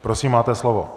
Prosím máte slovo.